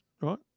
right